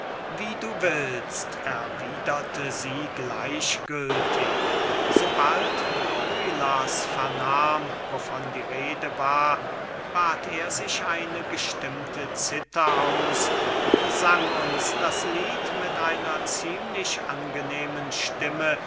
wie du willst erwiederte sie gleichgültig sobald dorylas vernahm wovon die rede war bat er sich eine gestimmte cither aus und sang uns das lied mit einer ziemlich angenehmen stimme